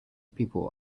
people